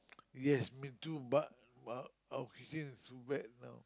yes me too but but our kitchen is wet now